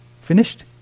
Finished